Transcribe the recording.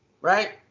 right